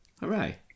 Hooray